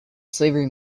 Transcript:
slavery